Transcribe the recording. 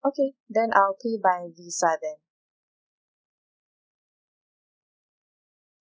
okay then I'll pay by VISA then